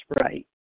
right